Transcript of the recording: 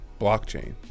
blockchain